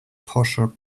posher